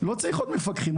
לא צריך עוד מפקחים,